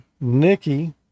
Nikki